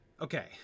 okay